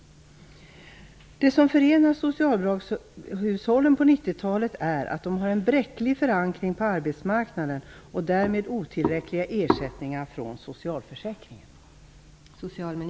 Det som förenar socialbidragshushållen på 1990 talet är att de har en bräcklig förankring på arbetsmarknaden och därmed otillräckliga ersättningar från socialförsäkringen.